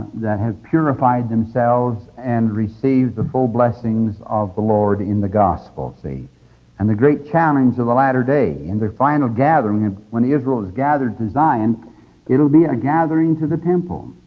that has purified themselves and receive the full blessings of the lord in the gospel. the and the great challenge of the latter-day and the final gathering and when israel is gathered to zion it will be a gathering to the temple.